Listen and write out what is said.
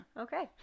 Okay